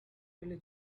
really